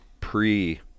pre